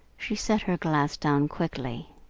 she set her glass down quickly.